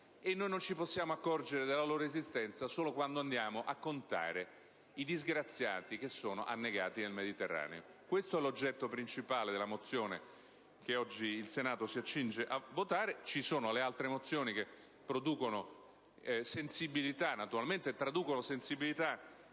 mondo. Non possiamo accorgerci della loro esistenza solo quando andiamo a contare i disgraziati che sono annegati nel Mediterraneo. Questo è l'oggetto principale della mozione sulla quale oggi il Senato si accinge a votare. Le altre mozioni producono e traducono sensibilità